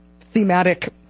thematic